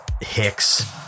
Hicks